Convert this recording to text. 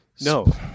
No